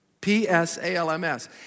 P-S-A-L-M-S